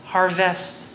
Harvest